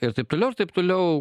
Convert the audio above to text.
ir taip toliau ir taip toliau